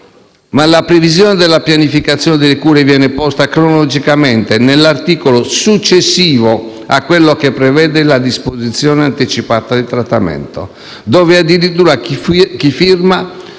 Ma la previsione della pianificazione delle cure viene posta, cronologicamente, nell'articolo successivo a quello che prevede la disposizione anticipata di trattamento, dove addirittura chi firma